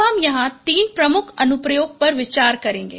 अब हम यहां तीन प्रमुख अनुप्रयोगों पर विचार करेगें